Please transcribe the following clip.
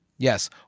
Yes